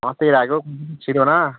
আমার তো এর আগেও ছিলো না